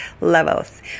levels